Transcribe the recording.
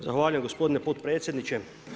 Zahvaljujem gospodine potpredsjedniče.